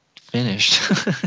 finished